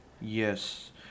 Yes